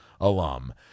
alum